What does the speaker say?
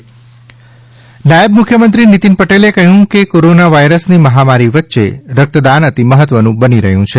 રક્તદાન નીતિન પટેલ નાયબ મુખ્યમંત્રી શ્રી નીતિન પટેલે કહ્યું કે કોરોનાવાયરસની મહામારી વચ્ચે રક્તદાન અતિ મહત્વનું બની રહ્યું છે